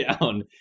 down